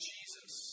Jesus